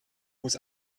muss